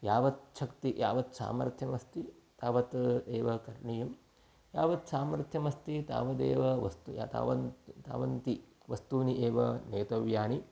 यावत् शक्तिः यावत् सामर्थ्यमस्ति तावत् एव करणीयं यावत् सामर्थ्यमस्ति तावदेव वस्तु या तावन्ति तावन्ति वस्तूनि एव नेतव्यानि